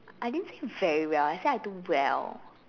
I didn't say very well I said I do well